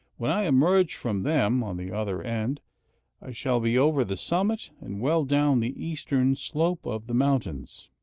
when i emerge from them on the other end i shall be over the summit and well down the eastern slope of the mountains.